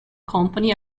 company